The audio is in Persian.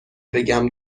بگم